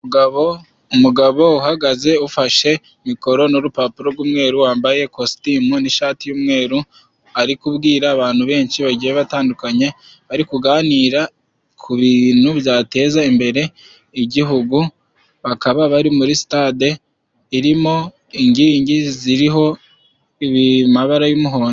Umugabo, umugabo uhagaze ufashe mikoro n'urupapuro rw'umweru wambaye ikositimu n'ishati y'umweru, ari kubwira abantu benshi bagiye batandukanye, bari kuganira kubintu byateza imbere igihugu bakaba bari muri sitade irimo ingingi ziriho amabara y'umuhondo.